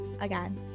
Again